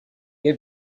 gave